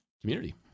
community